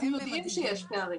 אנחנו יודעים שיש פערים